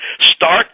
start